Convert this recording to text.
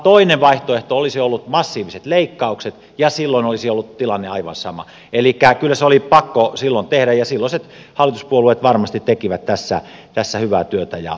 toinen vaihtoehto olisi ollut massiiviset leikkaukset ja silloin tilanne olisi ollut aivan sama elikkä kyllä se oli pakko silloin tehdä ja silloiset hallituspuolueet varmasti tekivät tässä hyvää työtä ja kaikkensa